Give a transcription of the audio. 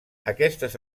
aquestes